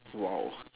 !wow!